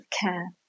care